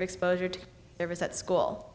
of exposure to there was at school